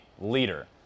leader